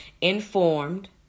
informed